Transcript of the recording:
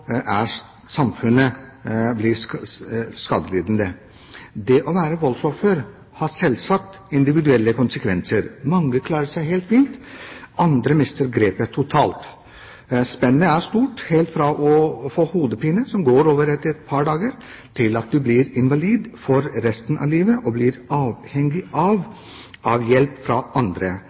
også samfunnet blir skadelidende. Det å være voldsoffer har selvsagt individuelle konsekvenser. Mange klarer seg helt fint, andre mister grepet totalt. Spennet er stort – helt fra å få hodepine som går over etter et par dager, til å bli invalid for resten av livet og bli avhengig av hjelp fra andre.